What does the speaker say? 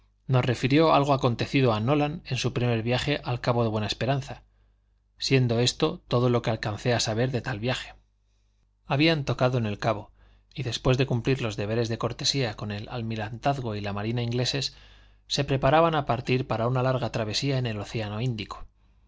nos refirió algo acontecido a nolan en su primer viaje al cabo de buena esperanza siendo esto todo lo que alcancé a saber de tal viaje habían tocado en el cabo y después de cumplir los deberes de cortesía con el almirantazgo y la marina ingleses se preparaban a partir para una larga travesía en el océano índico